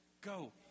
go